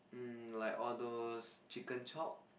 um like all those chicken chop